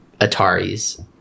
Atari's